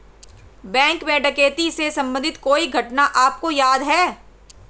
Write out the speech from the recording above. Bank में डकैती से संबंधित कोई घटना आपको याद है?